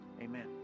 amen